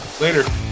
Later